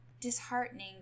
disheartening